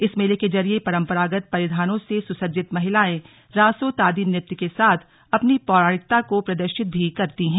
इस मेले के जरिए परंपरागत परिधानों से सुसज्जित महिलाएं रांसों तांदी नृत्य के साथ अपनी पौराणिकता को प्रदर्शित भी करती हैं